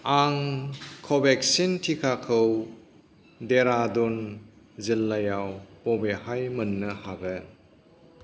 आं कवेक्सिन टिकाखौ देरादुन जिल्लायाव बबेहाय मोन्नो हागोन